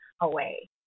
away